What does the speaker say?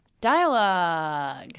dialogue